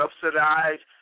subsidized